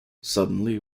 suddenly